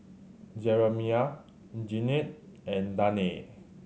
Jeramiah Jennette and Danae